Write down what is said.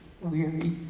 weary